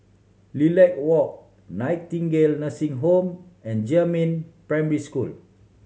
Lilac Walk Nightingale Nursing Home and Jiemin Primary School